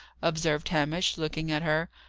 observed hamish, looking at her.